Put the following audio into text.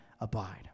abide